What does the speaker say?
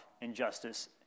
injustice